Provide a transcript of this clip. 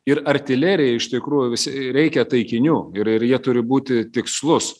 ir artilerijai iš tikrųjų vis reikia taikinių ir ir jie turi būti tikslus